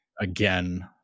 Again